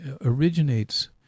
originates